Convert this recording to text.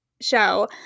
show